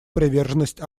приверженность